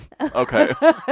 Okay